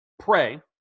Pray